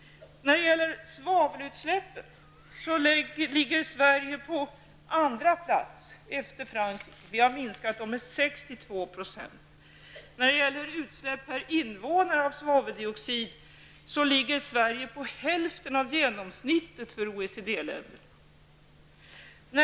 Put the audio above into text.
När det gäller svavelutsläppen ligger Sverige på andra plats efter Frankrike. Vi har minskat dem med 62 %. När det gäller svaveldioxidutsläpp per invånare ligger Sverige på hälften av genomsnittet för OECD-länderna.